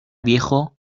viejo